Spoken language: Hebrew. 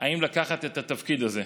אם לקחת את התפקיד הזה,